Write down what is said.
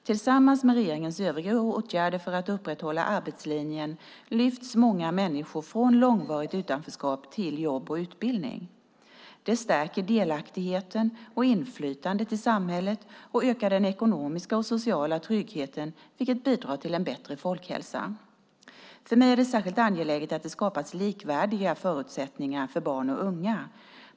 Tillsammans med regeringens övriga åtgärder för att upprätthålla arbetslinjen lyfts många människor från långvarigt utanförskap till jobb och utbildning. Det stärker delaktigheten och inflytandet i samhället och ökar den ekonomiska och sociala tryggheten, vilket bidrar till en bättre folkhälsa. För mig är det särskilt angeläget att det skapas likvärdiga förutsättningar för barn och unga.